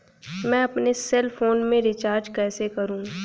मैं अपने cell phone में रिचार्ज कैसे करूँ?